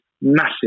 massive